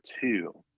two